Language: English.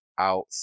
out